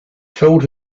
filled